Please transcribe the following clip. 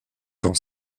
camp